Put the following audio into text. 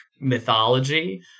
mythology